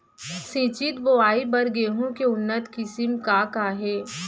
सिंचित बोआई बर गेहूँ के उन्नत किसिम का का हे??